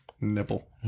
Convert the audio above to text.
nipple